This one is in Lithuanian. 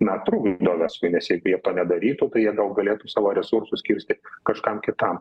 na trukdo verslui nes jeigu jie to nedarytų tai jie gal galėtų savo resursus skirstyt kažkam kitam